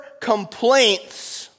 complaints